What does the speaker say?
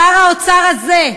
שר האוצר הזה,